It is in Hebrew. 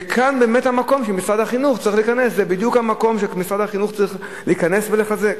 כאן בדיוק המקום שמשרד החינוך צריך להיכנס ולחזק.